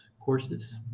courses